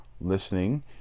listening